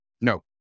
no